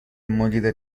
مدیر